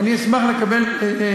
אני אשמח לקבל.